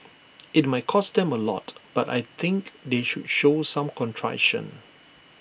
IT might cost them A lot but I think they should show some contrition